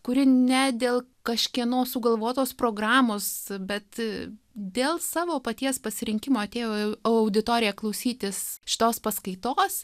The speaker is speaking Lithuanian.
kuri ne dėl kažkieno sugalvotos programos bet dėl savo paties pasirinkimo atėjo į auditoriją klausytis šitos paskaitos